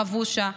חבושה,